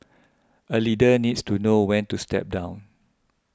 a leader needs to know when to step down